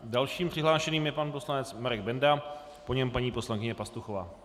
Dalším přihlášeným je pan poslanec Marek Benda, po něm paní poslankyně Pastuchová.